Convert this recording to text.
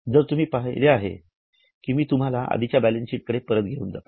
जर तुम्ही पाहिले तर मी तुम्हाला आधीच्या बॅलन्सशीट कडे परत घेऊन जातो